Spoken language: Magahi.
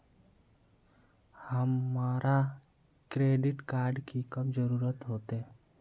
हमरा क्रेडिट कार्ड की कब जरूरत होते?